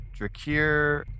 Drakir